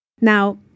Now